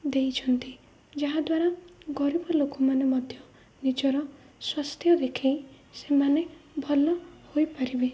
ଦେଇଛନ୍ତି ଯାହାଦ୍ୱାରା ଗରିବ ଲୋକମାନେ ମଧ୍ୟ ନିଜର ସ୍ୱାସ୍ଥ୍ୟ ଦେଖେଇ ସେମାନେ ଭଲ ହୋଇପାରିବେ